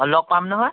অঁ লগ পাম নহয়